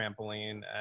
trampoline